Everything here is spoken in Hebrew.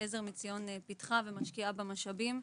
שעזר מציון פיתחה ומשקיעה בה משאבים.